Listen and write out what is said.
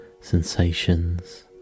sensations